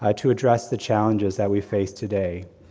ah to address the challenges that we face today,